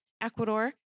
Ecuador